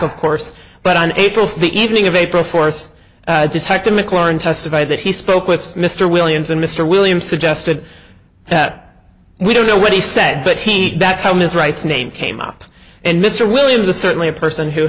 of course but on april the evening of april fourth detective mcclaren testified that he spoke with mr williams and mr williams suggested that we don't know what he said but he that's how his rights name came up in this or williams the certainly a person who